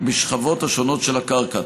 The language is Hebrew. בשכבות השונות של הקרקע,